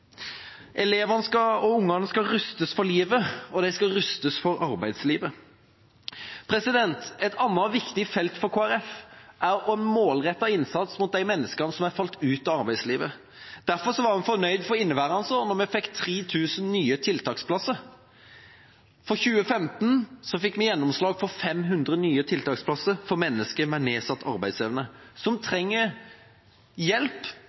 elevene. Elevene og ungene skal rustes for livet, og de skal rustes for arbeidslivet. Et annet viktig felt for Kristelig Folkeparti er å målrette innsats mot de menneskene som har falt ut av arbeidslivet. Derfor var vi fornøyd for inneværende år da vi fikk 3 000 nye tiltaksplasser. For 2015 fikk vi gjennomslag for 500 nye tiltaksplasser for mennesker med nedsatt arbeidsevne som trenger hjelp